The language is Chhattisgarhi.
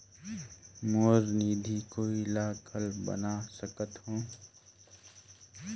मोर निधि कोई ला घल बना सकत हो?